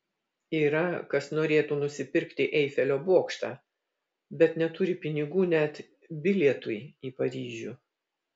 yra kas norėtų nusipirkti eifelio bokštą bet neturi pinigų net bilietui į paryžių